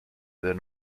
than